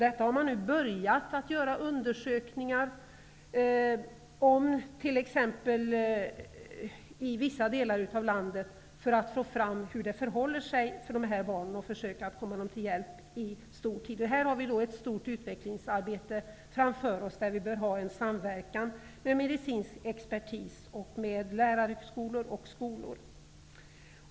Man har nu börjat göra sådana undersökningar i vissa delar av landet för att få fram hur det förhåller sig med dessa barn och för att försöka hjälpa dem. I detta sammanhang har vi ett stort utvecklingsarbete framför oss, där vi bör ha en samverkan med medicinsk expertis och med lärarhögskolor och skolor.